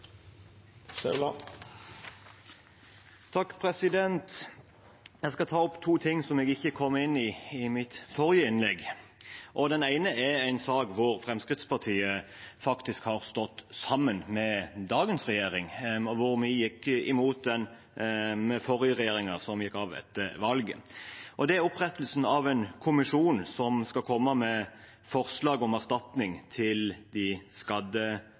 Jeg skal ta opp to ting som jeg ikke kom inn på i mitt forrige innlegg. Den ene er en sak hvor Fremskrittspartiet faktisk har stått sammen med dagens regjering, hvor vi gikk imot den forrige regjeringen, som gikk av etter valget. Det er opprettelsen av en kommisjon som skal komme med forslag om erstatning til de